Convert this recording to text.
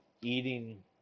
eating